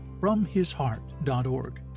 fromhisheart.org